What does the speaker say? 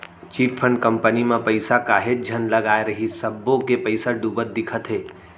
chit fund company म पइसा काहेच झन लगाय रिहिस सब्बो के पइसा डूबत दिखत हे